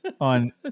on